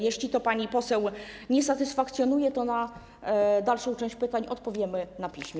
Jeśli to pani poseł nie satysfakcjonuje, to na dalszą część pytań odpowiemy na piśmie.